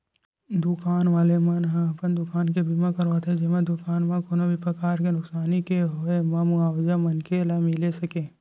दुकान वाले मन ह अपन दुकान के बीमा करवाथे जेमा दुकान म कोनो भी परकार ले नुकसानी के होय म मुवाजा मनखे ल मिले सकय